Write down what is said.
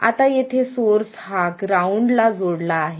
आता येथे सोर्स हा ग्राउंड ला जोडला आहे